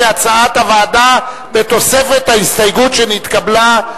כהצעת הוועדה ובתוספת ההסתייגות שנתקבלה.